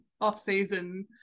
off-season